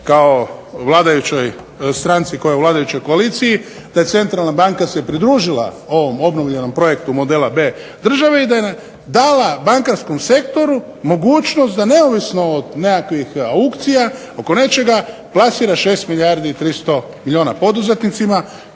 kao vladajućoj stranci kao i vladajućoj koaliciji da se centralna banka se pridružila ovom obnovljenom projektu modela B državi i da je dala bankarskom sektoru mogućnost da neovisno od nekakvih aukcija oko nečega plasira 6 milijardi 300 milijuna poduzetnicima